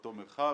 באותו מרחב.